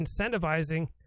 incentivizing